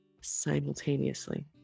simultaneously